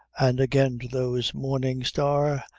and again to those, morning star,